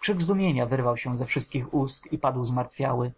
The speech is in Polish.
krzyk zdumienia wyrwał się ze wszystkich ust i padł zmartwiały